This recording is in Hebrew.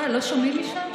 אה, לא שומעים משם?